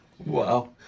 Wow